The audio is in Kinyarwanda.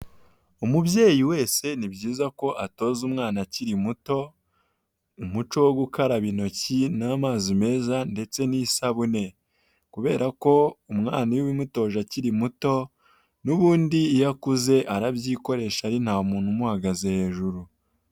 Umubyeyi wese ni byiza ko atoza umwana akiri muto umuco wo gukaraba intoki n'amazi meza ndetse n'isabune, kubera ko umwana iyo ubimutoje akiri muto n'ubundi iyo akuze arabyikoresha ari nta muntu umuhagaze hejuru.